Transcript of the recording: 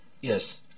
Yes